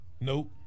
Nope